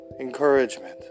encouragement